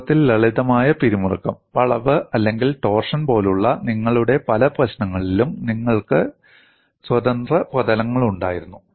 വാസ്തവത്തിൽ ലളിതമായ പിരിമുറുക്കം വളവ് അല്ലെങ്കിൽ ടോർഷൻ പോലുള്ള നിങ്ങളുടെ പല പ്രശ്നങ്ങളിലും നിങ്ങൾക്ക് സ്വതന്ത്ര പ്രതലങ്ങളുണ്ടായിരുന്നു